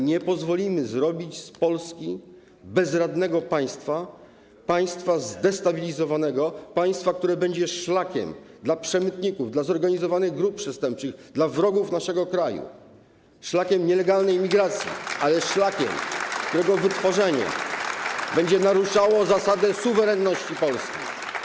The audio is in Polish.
Nie pozwolimy zrobić z Polski bezradnego państwa, państwa zdestabilizowanego, państwa, które będzie szlakiem dla przemytników, dla zorganizowanych grup przestępczych, dla wrogów naszego kraju, szlakiem nielegalnej imigracji, szlakiem, którego wytworzenie będzie naruszało zasadę suwerenności Polski.